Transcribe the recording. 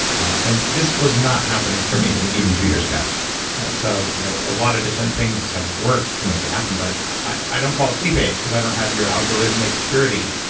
and this was not happening for me even two years ago so you know a lot of different things have worked to make it happen, but i don't call it sleep age because i don't have your algorithmic purity.